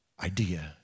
idea